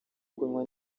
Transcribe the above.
kunywa